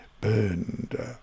burned